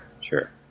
Sure